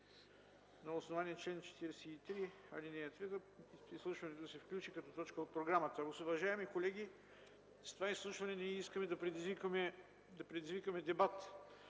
На основание чл. 43, ал. 3 изслушването да се включи като точка от програмата. Уважаеми колеги, с това изслушване ние искаме да предизвикаме дебат,